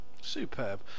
Superb